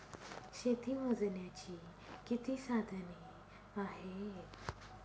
शेती मोजण्याची किती साधने आहेत?